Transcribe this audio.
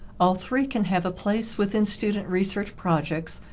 all three can have a place within student research projects,